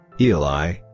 Eli